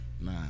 Nah